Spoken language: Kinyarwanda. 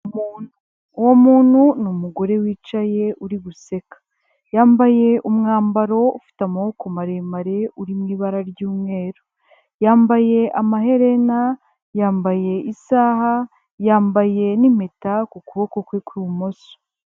Umuntu, uwo muntu numugore wicaye uri guseka yambaye umwambaro ufite amaboko maremare uri mu ibara ry'umweru, yambaye amaherena yambaye isaha, yambaye nimpeta ku kuboko kwe kw'ibumoso.